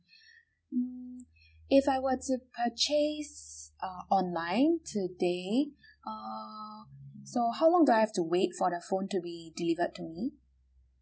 mm if I were to purchase uh online today err so how long do I have to wait for the phone to be delivered to me